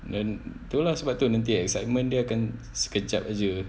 dan tu lah sebab tu nanti excitement dia akan sekejap jer